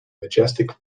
majestic